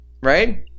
Right